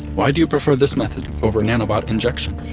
why do you prefer this method over nanobot injection?